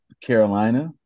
Carolina